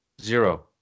Zero